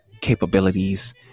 capabilities